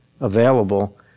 available